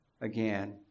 Again